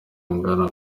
angana